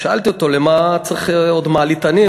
שאלתי אותו: למה צריך עוד מעליתנים?